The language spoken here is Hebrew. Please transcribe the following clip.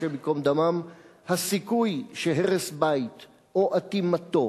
השם ייקום דמם: "הסיכוי שהרס בית או אטימתו